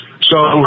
So-